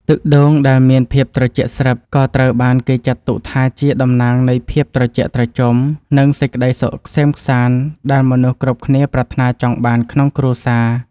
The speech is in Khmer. ទឹកដូងដែលមានភាពត្រជាក់ស្រិប ក៏ត្រូវបានគេចាត់ទុកថាជាតំណាងនៃភាពត្រជាក់ត្រជុំ និងសេចក្តីសុខក្សេមក្សាន្តដែលមនុស្សគ្រប់គ្នាប្រាថ្នាចង់បានក្នុងគ្រួសារ។